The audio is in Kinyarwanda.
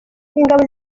ingabo